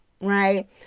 Right